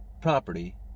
property